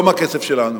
לא מהכסף שלנו.